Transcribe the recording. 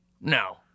no